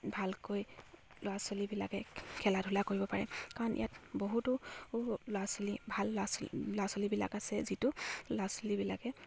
ভালকৈ ল'ৰা ছোৱালীবিলাকে খেলা ধূলা কৰিব পাৰে কাৰণ ইয়াত বহুতো ল'ৰা ছোৱালী ভাল ল'ৰা ছোৱালী ল'ৰা ছোৱালীবিলাক আছে যিটো ল'ৰা ছোৱালীবিলাকে